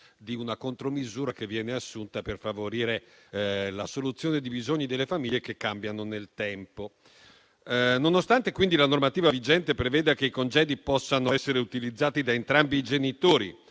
di una contromisura che viene assunta per favorire la soluzione di bisogni delle famiglie che cambiano nel tempo. Nonostante quindi la normativa vigente preveda che i congedi possano essere utilizzati da entrambi i genitori